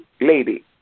lady